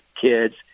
kids